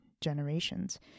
generations